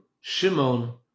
Shimon